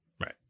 right